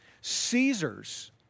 Caesar's